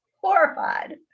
horrified